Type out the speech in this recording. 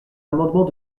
amendement